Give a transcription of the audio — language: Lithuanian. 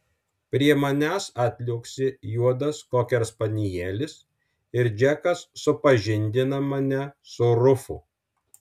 prie manęs atliuoksi juodas kokerspanielis ir džekas supažindina mane su rufu